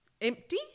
empty